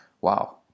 Wow